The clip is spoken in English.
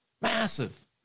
Massive